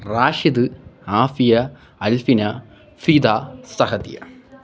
Rashid Afiya Alfina Fida Sahadiya